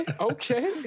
okay